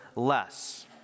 less